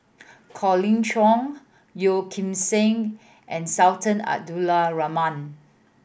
Colin Cheong Yeo Kim Seng and Sultan Abdul Rahman